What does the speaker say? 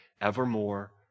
evermore